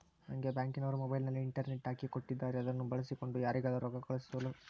ನಂಗೆ ಬ್ಯಾಂಕಿನವರು ಮೊಬೈಲಿನಲ್ಲಿ ಇಂಟರ್ನೆಟ್ ಹಾಕಿ ಕೊಟ್ಟಿದ್ದಾರೆ ಅದನ್ನು ಬಳಸಿಕೊಂಡು ಯಾರಿಗಾದರೂ ರೊಕ್ಕ ಕಳುಹಿಸಲು ಬಳಕೆ ಮಾಡಬಹುದೇ?